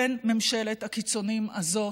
בין ממשלת הקיצוניים הזאת,